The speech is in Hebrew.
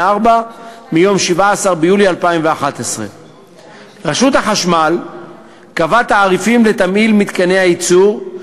מיום 17 ביולי 2011. רשות החשמל קבעה תעריפים לתמהיל מתקני הייצור,